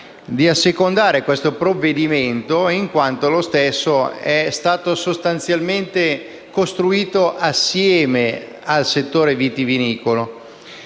di assecondare questo provvedimento in quanto lo stesso è stato sostanzialmente costruito assieme al settore vitivinicolo.